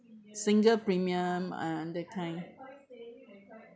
single premium uh under kind